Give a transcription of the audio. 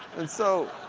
and so,